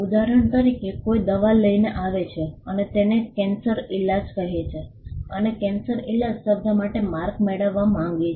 ઉદાહરણ તરીકે કોઈક દવા લઈને આવે છે અને તેને કેન્સર ઇલાજ કહે છે અને કેન્સર ઇલાજ શબ્દ માટે માર્ક મેળવવા માંગે છે